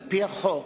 על-פי החוק,